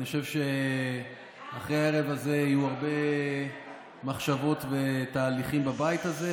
אני חושב שאחרי הערב הזה יהיו הרבה מחשבות ותהליכים בבית הזה,